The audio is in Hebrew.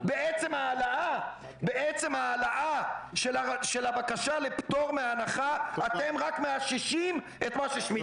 בעצם ההעלאה של הבקשה לפטור מהנחה אתם רק מאששים את מה ששמידט אמר.